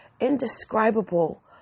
indescribable